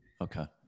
okay